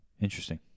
Interesting